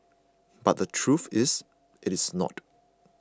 but the truth is it is not